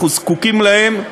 אנחנו זקוקים להם,